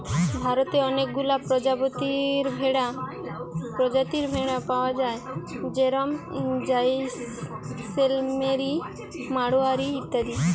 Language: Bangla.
ভারতে অনেকগুলা প্রজাতির ভেড়া পায়া যায় যেরম জাইসেলমেরি, মাড়োয়ারি ইত্যাদি